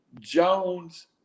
Jones